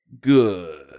good